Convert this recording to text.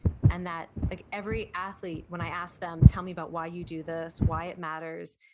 and that like every athlete, when i asked them, tell me about why you do this, why it matters,